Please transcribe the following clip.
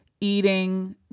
eating